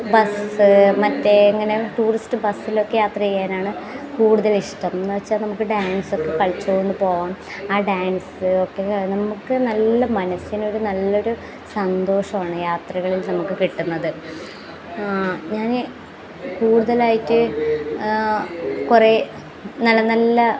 bus മറ്റേ ഇങ്ങനെ tourist ബസ്സിലൊക്കെ യാത്ര ചെയ്യാനാണ് കൂടുതലിഷ്ടം എന്നുവെച്ചാൽ നമുക്ക് ഡാൻസ് ഒക്കെ കളിച്ചുകൊണ്ട് പോകാം ആ ഡാൻസ് ഒക്കെ നമുക്ക് നല്ല മനസ്സിനൊരു നല്ലൊരു സന്തോഷമാണ് യാത്രകളിൽ നമുക്ക് കിട്ടുന്നത് ഞാൻ കൂടുതലായിട്ട് കുറേ നല്ല നല്ല